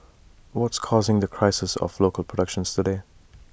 what's causing the crisis of local productions today